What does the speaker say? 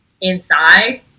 inside